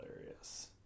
hilarious